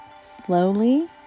slowly